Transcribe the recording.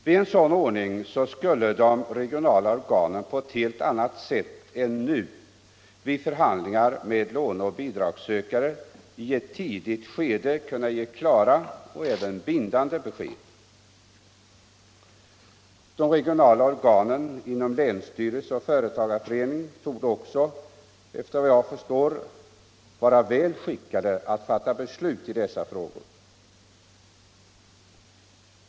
Med en sådan ordning skulle de regionala organen på ett helt annat sätt än nu vid förhandlingar med låne och bidragssökare i ett tidigt skede kunna ge klara och bindande besked. De regionala organen inom länsstyrelse och företagarföreningar torde också vara väl skickade att fatta beslut i dessa frågor.